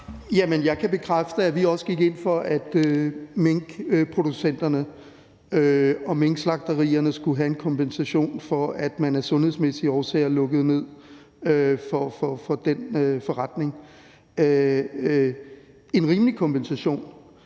jeg kan bekræfte, at vi også gik ind for, at minkproducenterne og minkslagterierne skulle have en kompensation for, at man af sundhedsmæssige årsager lukkede ned for den forretning – en rimelig kompensation.